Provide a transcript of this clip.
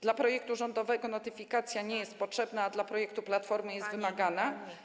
Dla projektu rządowego notyfikacja nie jest potrzebna, a dla projektu Platformy jest wymagana?